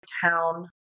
town